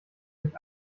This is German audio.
durch